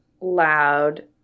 loud